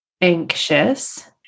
anxious